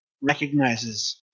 recognizes